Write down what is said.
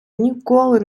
ніколи